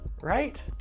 right